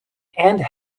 and